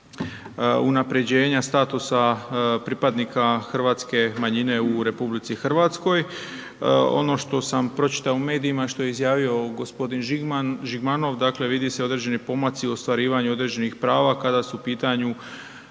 unaprjeđenja statusa pripadnika hrvatske manjine u RH. Ono što sam pročitao u medijima, što je izjavio. G. Žigman, Žigmanov, dakle vidi se određeni pomaci u ostvarivanju određenih prava kada su u pitanju,